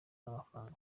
n’amafaranga